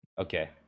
Okay